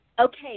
Okay